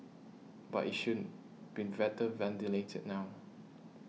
but it shouldn't been better ventilated now